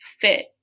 fit